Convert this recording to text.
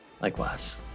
Likewise